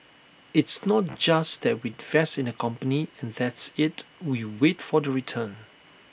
it's not just that we invest in the company and that's IT we wait for the return